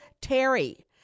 Terry